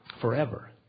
Forever